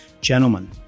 Gentlemen